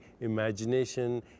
imagination